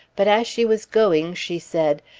but as she was going she said,